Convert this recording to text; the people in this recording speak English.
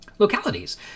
localities